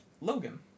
Logan